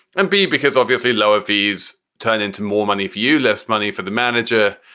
and b, because obviously lower fees turn into more money if you less money for the manager.